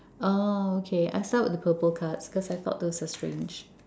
oh okay I start with the purple cards because I thought those were strange